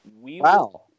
Wow